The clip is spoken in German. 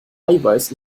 eiweiß